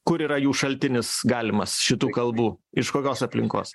kur yra jų šaltinis galimas šitų kalbų iš kokios aplinkos